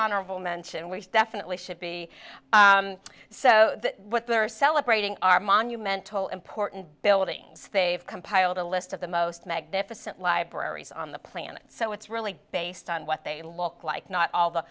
honorable mention we definitely should be so what they are celebrating our monumental important buildings they've compiled a list of the most magnificent libraries on the planet so it's really based on what they look like not all the